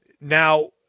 now